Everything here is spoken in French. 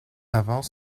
avant